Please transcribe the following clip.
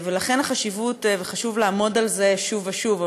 ולכן החשיבות, וחשוב לעמוד על זה שוב ושוב.